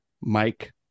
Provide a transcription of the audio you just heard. mike